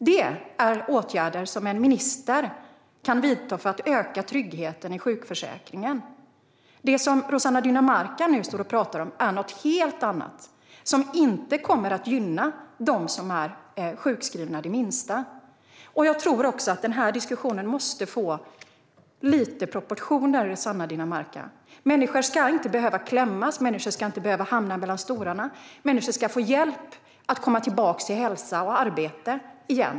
Det är åtgärder som en minister kan vidta för att öka tryggheten i sjukförsäkringen. Det som Rossana Dinamarca nu pratar om är något helt annat som inte det minsta kommer att gynna de som är sjukskrivna. Jag tror också att den här diskussionen måste få lite proportioner, Rossana Dinamarca. Människor ska inte behöva hamna i kläm eller falla mellan genom stolarna. Människor ska få hjälp att komma tillbaka till hälsa och arbete igen.